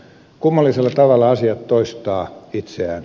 kummallisella tavalla asiat toistavat itseään